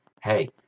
hey